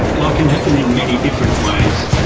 ah can happen in many different ways,